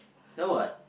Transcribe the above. ya what